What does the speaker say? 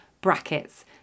Brackets